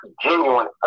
genuine